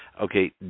okay